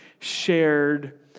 shared